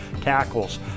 tackles